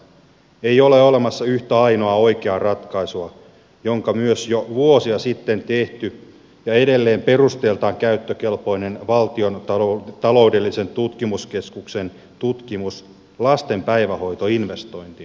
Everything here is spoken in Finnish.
ei ole olemassa yhtä ainoaa oikeaa ratkaisua minkä myös jo vuosia sitten tehty ja edelleen perusteiltaan käyttökelpoinen valtion taloudellisen tutkimuskeskuksen tutkimus lasten päivähoito investointina osoittaa